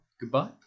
goodbye